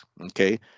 okay